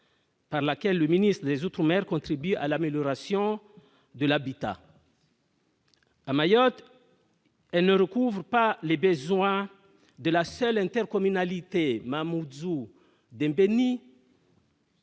à laquelle le ministre des Outre-mer : contribuer à l'amélioration de l'habitat. à Mayotte, elle ne recouvre pas les besoins de la seule intercommunalité Mamoudzou Déndéni.